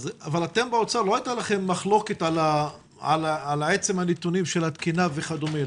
אבל אתם באוצר לא הייתה לכם מחלוקת על עצם הנתונים של התקינה וכדומה,